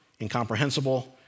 incomprehensible